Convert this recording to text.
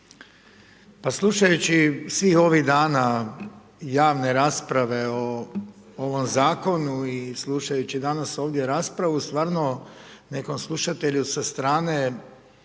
Pa slušajući svih ovih dana javne rasprave o ovom Zakonu i slušajući danas ovdje raspravu stvarno nekom slušatelju sa strane